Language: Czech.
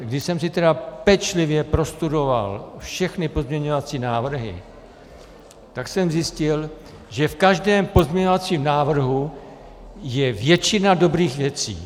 Když jsem si tedy pečlivě prostudoval všechny pozměňovací návrhy, tak jsem zjistil, že v každém pozměňovacím návrhu je většina dobrých věcí.